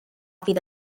fydd